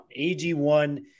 AG1